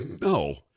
No